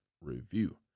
review